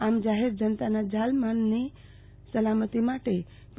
આમ જાહેર જનતાના જાન માલની સલામતી માટે પી